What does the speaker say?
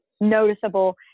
noticeable